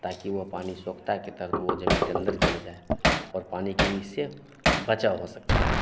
ताकि वह पानी स्वच्छता के तरत वह ज़मीन के अंदर चले जाए और पानी की भी इससे बचाव हो सकता है